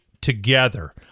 together